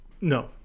No